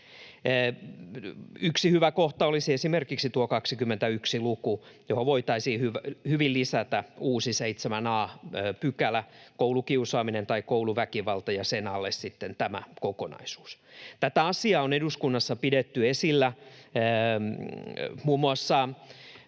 Yksi hyvä kohta olisi esimerkiksi tuo 21 luku, johon voitaisiin hyvin lisätä uusi 7 a §, koulukiusaaminen tai kouluväkivalta, ja sen alle sitten tämä kokonaisuus. Tätä asiaa on eduskunnassa pidetty esillä. Muun muassa